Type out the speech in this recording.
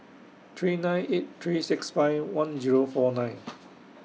three nine eight three six five one Zero four nine